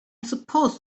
supposed